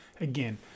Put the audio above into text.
again